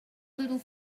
little